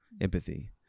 empathy